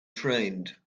trained